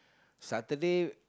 Saturday